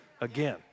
again